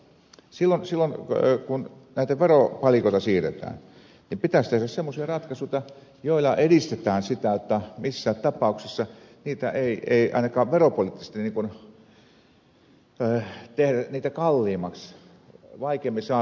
silloin kun näitä veropalikoita siirretään niin pitäisi tehdä semmoisia ratkaisuja joilla edistetään sitä jotta missään tapauksessa niitä ei ainakaan veropoliittisesti tehdä kalliimmiksi vaikeammin saataviksi köyhemmille ihmisille